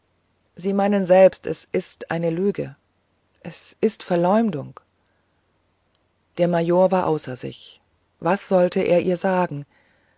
sie meinen selbst es ist eine lüge es ist verleumdung der major war außer sich was sollte er ihr sagen